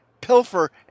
pilfer